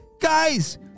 guys